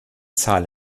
zahl